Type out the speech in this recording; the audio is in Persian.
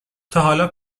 تاحالا